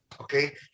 Okay